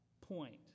point